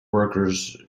workers